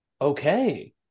Okay